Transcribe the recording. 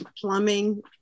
plumbing